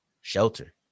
shelter